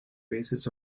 basis